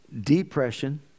depression